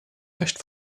recht